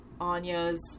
Anya's